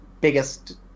biggest